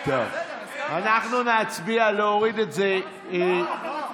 טוב, אנחנו נצביע על להוריד את זה, לא.